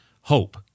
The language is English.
hope